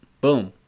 Boom